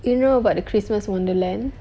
you know about the christmas wonderland